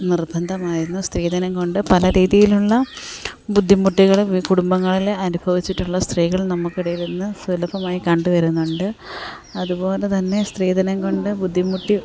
നിർബന്ധമായിരുന്നു സ്ത്രീധനം കൊണ്ട് പല രീതിയിലുള്ള ബുദ്ധിമുട്ടുകൾ കുടുംബങ്ങളിൽ അനുഭവിച്ചിട്ടുള്ള സ്ത്രീകൾ നമുക്ക് ഇടയിൽ ഇന്ന് സുലഭമായി കണ്ടു വരുന്നുണ്ട് അതുപോലെ തന്നെ സ്ത്രീധനം കൊണ്ട് ബുദ്ധിമുട്ടി